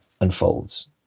unfolds